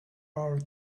are